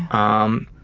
um,